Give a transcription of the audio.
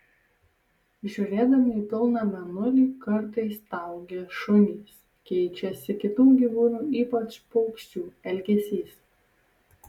žiūrėdami į pilną mėnulį kartais staugia šunys keičiasi kitų gyvūnų ypač paukščių elgesys